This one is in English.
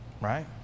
Right